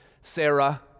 Sarah